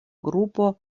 grupo